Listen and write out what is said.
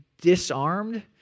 disarmed